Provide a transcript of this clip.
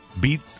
beat